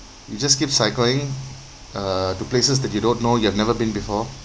you just give cycling uh to places that you don't know you have never been before